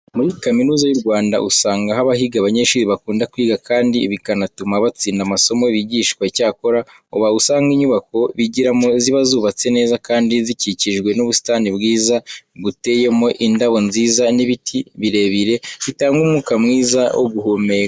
Muri Kaminuza y'u Rwanda usanga haba higa abanyeshuri bakunda kwiga kandi bikanatuma batsinda amasomo bigishwa. Icyakora, uba usanga inyubako bigiramo ziba zubatse neza kandi zikikijwe n'ubusitani bwiza, buteyemo indabo nziza n'ibiti birebire bitanga umwuka mwiza wo guhumeka.